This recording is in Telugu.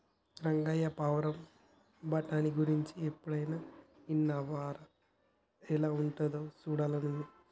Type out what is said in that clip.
రంగయ్య పావురం బఠానీ గురించి ఎన్నడైనా ఇన్నావా రా ఎలా ఉంటాదో సూడాలని ఉంది